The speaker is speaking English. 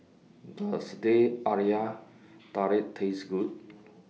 Does Teh Halia Tarik Taste Good